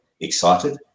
excited